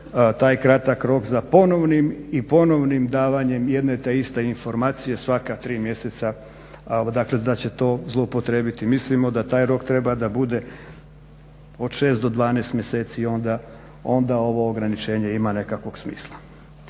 taj kratak rok za ponovnim i ponovnim davanjem jedne te iste informacije svaka tri mjeseca dakle da će to zloupotrijebiti. Mislimo da taj rok treba da bude od 6-12 mjeseci, i onda ovo ograničenje ima nekakvog smisla.